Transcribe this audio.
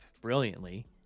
brilliantly